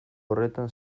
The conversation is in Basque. horretan